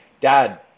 dad